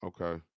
okay